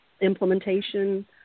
implementation